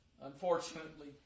unfortunately